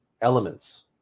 elements